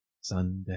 sunday